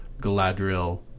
Galadriel